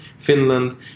Finland